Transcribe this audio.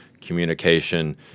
communication